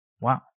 Wow